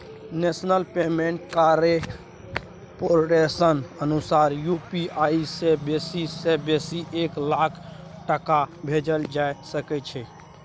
national payment कारपोरेशनक अनुसार UPI सँ बेसी सँ बेसी एक लाख टका भेजल जा सकै छै